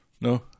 No